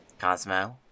Cosmo